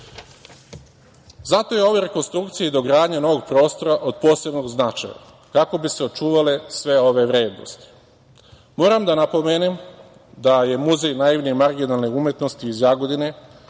Zato je ova rekonstrukcija i dogradnja novog prostora od posebnog značaja, kako bi se očuvale sve ove vrednosti. Moram da napomenem da je Muzej naivne i marginalne umetnosti iz Jagodine